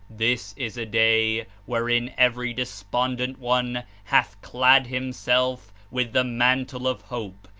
this is a day where in every despondent one hath clad himself with the mantle of hope,